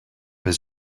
his